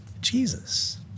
Jesus